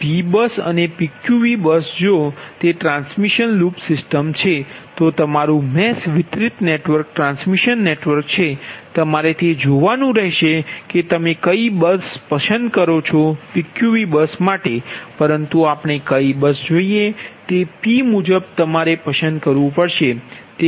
P bus અને PQV bus જો તે ટ્રાન્સમિશન લૂપ સિસ્ટમ છે તો તમારું મેશ વિતરિત નેટવર્ક ટ્રાન્સમિશન નેટવર્ક છે તમારે તે જોવાનું રહેશે કે તમે કઈ બસ પસંદ કરો છો PQV બસ પરંતુ આપણે કઈ બસ જોઈએ તે P મુજબ તમારે બરાબર પસંદ કરવું પડશે